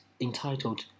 entitled